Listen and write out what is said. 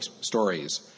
stories